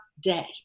day